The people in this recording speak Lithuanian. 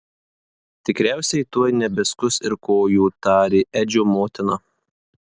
tikriausiai tuoj nebeskus ir kojų tarė edžio motina